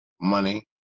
money